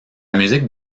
musique